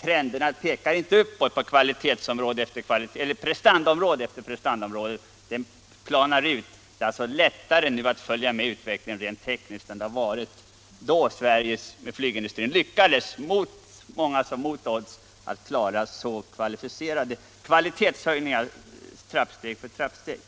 Trenderna pekar inte uppåt på prestandaområde efter prestandaområde — de planar ut. Det är alltså nu lättare att följa med utvecklingen rent tekniskt än det har varit då Sveriges flygindustri lyckades — mot oddsen — att klara så kvalificerade kvalitetshöjningar trappsteg för trappsteg.